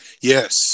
Yes